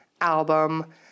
album